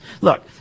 Look